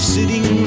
Sitting